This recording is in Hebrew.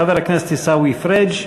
חבר הכנסת עיסאווי פריג',